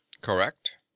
Correct